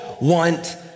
want